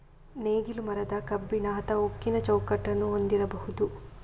ನೇಗಿಲು ಮರದ, ಕಬ್ಬಿಣ ಅಥವಾ ಉಕ್ಕಿನ ಚೌಕಟ್ಟನ್ನು ಹೊಂದಿರಬಹುದು